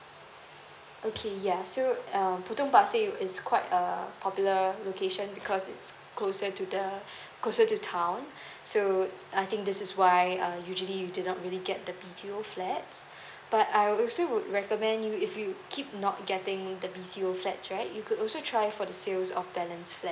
okay ya so um potong pasir is quite a popular location because it's closer to the closer to town so I think that is why um usually you did not really get the B_T_O flats but I also would recommend you if you keep not getting the B_T_O flats right you could also try for the sales of balance flat